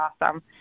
awesome